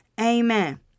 Amen